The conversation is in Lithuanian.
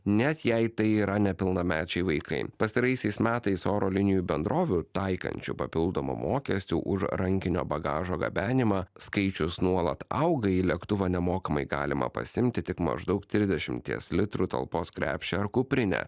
net jei tai yra nepilnamečiai vaikai pastaraisiais metais oro linijų bendrovių taikančių papildomą mokestį už rankinio bagažo gabenimą skaičius nuolat auga į lėktuvą nemokamai galima pasiimti tik maždaug trisdešimties litrų talpos krepšį ar kuprinę